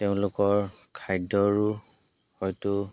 তেওঁলোকৰ খাদ্যৰো হয়তো